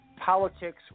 politics